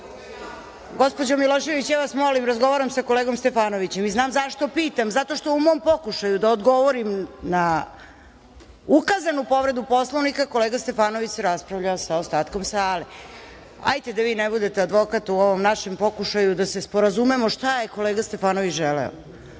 Milošević, ja vas molim, razgovaram sa kolegom Stefanovićem i znam zašto pitam, zato što u mom pokušaju da odgovorim na ukazanu povredu Poslovnika, kolega Stefanović se raspravlja sa ostatkom sale. Hajde da vi ne budete advokat u ovom našem pokušaju da se sporazumemo šta je kolega Stefanović želeo. Da